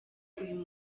uyu